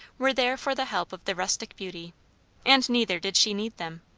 were there for the help of the rustic beauty and neither did she need them.